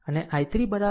અને I3 1